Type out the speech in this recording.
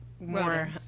more